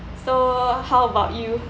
so how about you